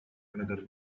another